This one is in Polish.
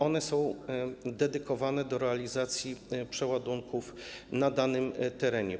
One są przeznaczone do realizacji przeładunków na danym terenie.